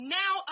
now